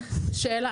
שאלה.